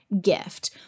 gift